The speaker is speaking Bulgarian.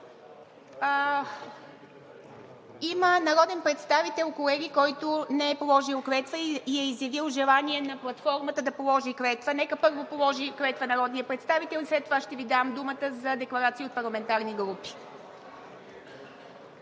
има народен представител, който не е положил клетва и е изявил желание на платформата да положи клетва. Нека първо положи клетва народният представител и след това ще Ви дам думата за декларации от парламентарни групи.